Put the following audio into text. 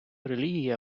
релігія